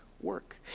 work